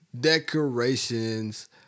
decorations